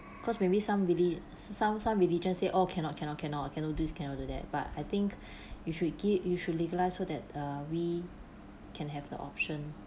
because maybe some reli~ some some religion said oh cannot cannot cannot cannot do cannot do that but I think you should get you should legalise so that err we can have the option